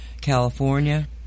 California